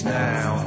now